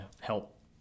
help